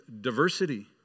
diversity